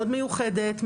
מאוד מיוחדת,